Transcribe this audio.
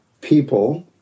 people